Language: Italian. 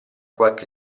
qualche